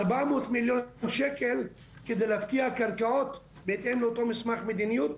ארבע מאות מיליון שקל על מנת להפקיע קרקעות בהתאם לאותו מסמך מדיניות,